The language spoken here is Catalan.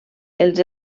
els